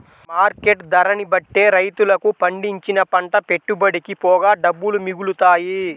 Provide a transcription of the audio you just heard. market ధరని బట్టే రైతులకు పండించిన పంట పెట్టుబడికి పోగా డబ్బులు మిగులుతాయి